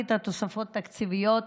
יותר גדולה בתוספת תשלומי איזון,